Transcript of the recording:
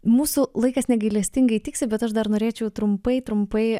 mūsų laikas negailestingai tiksi bet aš dar norėčiau trumpai trumpai